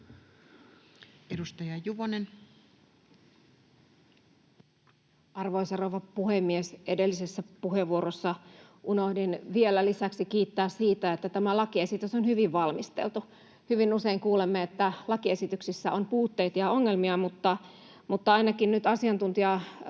14:58 Content: Arvoisa rouva puhemies! Edellisessä puheenvuorossani unohdin vielä lisäksi kiittää siitä, että tämä lakiesitys on hyvin valmisteltu. Hyvin usein kuulemme, että lakiesityksissä on puutteita ja ongelmia, mutta ainakin nyt lausunnonantajien